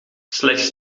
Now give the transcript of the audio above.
slechts